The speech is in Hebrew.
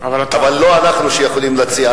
אבל לא אנחנו מי שיכולים להציע.